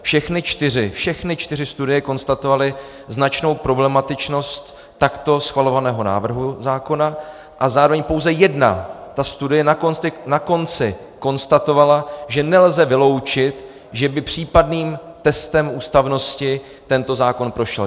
Všechny čtyři, všechny čtyři studie konstatovaly značnou problematičnost takto schvalovaného návrhu zákona a zároveň pouze jedna ta studie na konci konstatovala, že nelze vyloučit, že by případným testem ústavnosti tento zákon prošel.